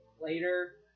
later